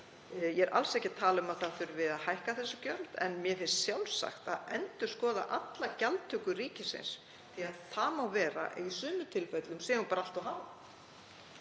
Ég er alls ekki að tala um að það þurfi að hækka þessi gjöld en mér finnst sjálfsagt að endurskoða alla gjaldtöku ríkisins. Það má vera að í sumum tilfellum sé hún bara allt of